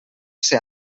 ser